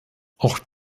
auch